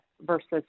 versus